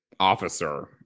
officer